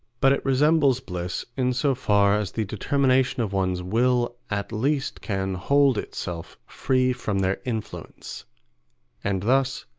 but it resembles bliss in so far as the determination of one's will at least can hold itself free from their influence and thus,